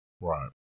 Right